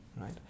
right